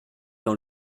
dans